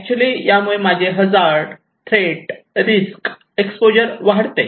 actually यामुळे माझे hazard threat risk exposure वाढते